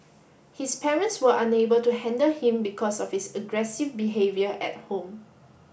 his parents were unable to handle him because of his aggressive behaviour at home